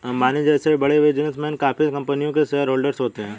अंबानी जैसे बड़े बिजनेसमैन काफी कंपनियों के शेयरहोलडर होते हैं